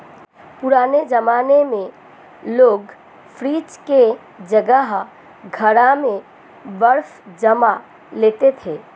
पुराने जमाने में लोग फ्रिज की जगह घड़ा में बर्फ जमा लेते थे